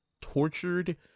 tortured